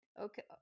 okay